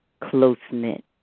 close-knit